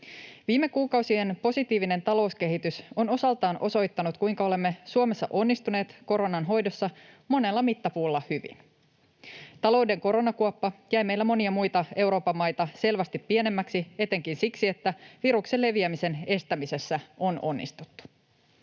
Viime kuukausien positiivinen talouskehitys on osaltaan osoittanut, kuinka olemme Suomessa onnistuneet koronan hoidossa monella mittapuulla hyvin. Talouden koronakuoppa jäi meillä monia muita Euroopan maita selvästi pienemmäksi etenkin siksi, että viruksen leviämisen estämisessä on onnistuttu.